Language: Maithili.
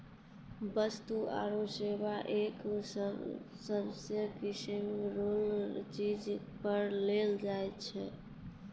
वस्तु आरू सेवा कर सभ्भे किसीम रो चीजो पर लगैलो जाय छै